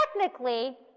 Technically